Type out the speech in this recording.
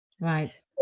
right